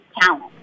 talent